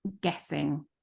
guessing